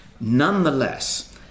Nonetheless